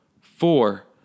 Four